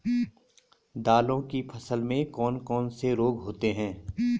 दालों की फसल में कौन कौन से रोग होते हैं?